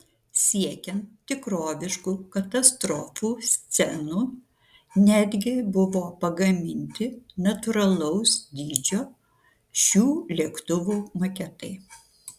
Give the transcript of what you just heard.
siekiant tikroviškų katastrofų scenų netgi buvo pagaminti natūralaus dydžio šių lėktuvų maketai